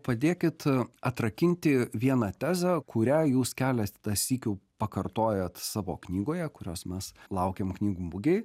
padėkit atrakinti vieną tezę kurią jūs keletą sykių pakartojot savo knygoje kurios mes laukiam knygų mugėj